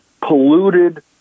polluted